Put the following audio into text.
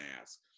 ask